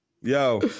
Yo